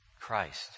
Christ